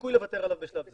סיכוי לוותר עליו בשלב זה.